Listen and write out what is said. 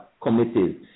committees